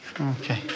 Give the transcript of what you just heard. Okay